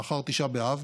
לאחר תשעה באב.